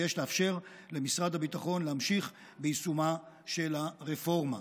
ויש לאפשר למשרד הביטחון להמשיך ביישומה של הרפורמה.